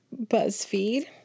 BuzzFeed